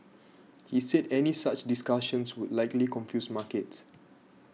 he said any such discussions would likely confuse markets